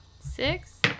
Six